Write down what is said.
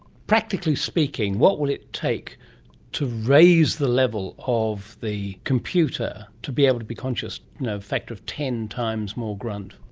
practically speaking, what will it take to raise the level of the computer to be able to be conscious, you know a factor of ten times more grunt?